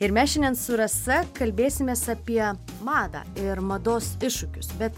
ir mes šiandien su rasa kalbėsimės apie madą ir mados iššūkius bet